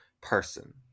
person